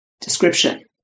description